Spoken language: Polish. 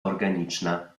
organiczna